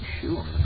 sure